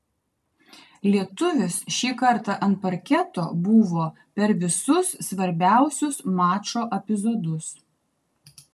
lietuvis šį kartą ant parketo buvo per visus svarbiausius mačo epizodus